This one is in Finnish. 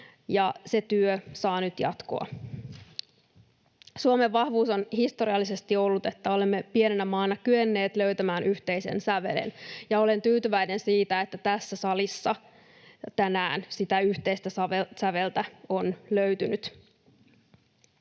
Se työ saa nyt jatkoa. Suomen vahvuus on historiallisesti ollut se, että olemme pienenä maana kyenneet löytämään yhteisen sävelen, ja olen tyytyväinen siitä, että tässä salissa tänään sitä yhteistä säveltä on löytynyt.